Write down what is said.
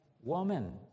woman